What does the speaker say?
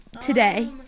today